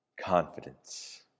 confidence